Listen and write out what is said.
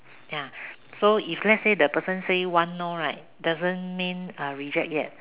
ya so if let's say the person say one no right doesn't mean uh reject yet